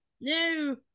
no